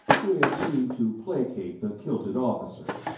which seemed to placate the kilted officer.